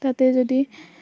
তাতে যদি